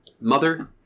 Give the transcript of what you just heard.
mother